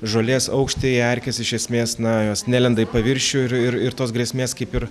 žolės aukštyje erkės iš esmės na jos nelenda į paviršių ir ir tos grėsmės kaip ir